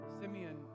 Simeon